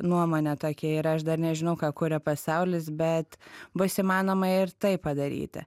nuomonė tokia yra aš dar nežinau ką kuria pasaulis bet bus įmanoma ir taip padaryti